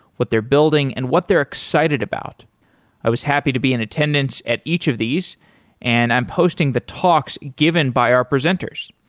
what they're building and what they're excited about i was happy to be in attendance at each of these and i'm posting the talks given by our presenters.